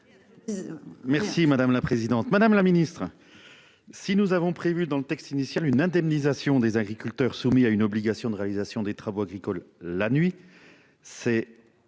Merci madame la présidente, madame la Ministre. Si nous avons prévu dans le texte initial une indemnisation des agriculteurs soumis à une obligation de réalisation des travaux agricoles. La nuit c'est